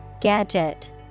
Gadget